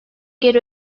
geri